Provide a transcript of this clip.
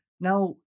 Now